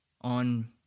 on